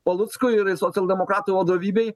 paluckui ir socialdemokratų vadovybei